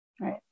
Right